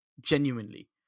Genuinely